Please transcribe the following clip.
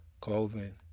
Clothing